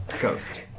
Ghost